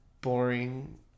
boring